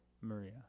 Maria